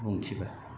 बुंथिबाय